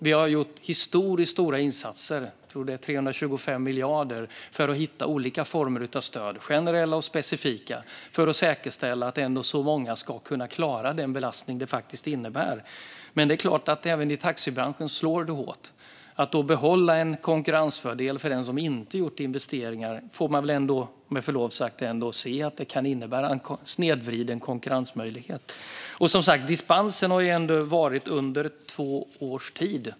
Vi har gjort historiskt stora insatser - jag tror att det är 325 miljarder - för att hitta olika former av stöd, generella och specifika, för att säkerställa att många ska kunna klara den belastning det innebär. Det är klart att det slår hårt även i taxibranschen. Att då behålla en konkurrensfördel för den som inte gjort investeringar får man ändå med förlov sagt se som att det kan innebära en snedvriden konkurrensmöjlighet. Dispensen har ändå funnits under två års tid.